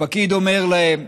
הפקיד אומר להם: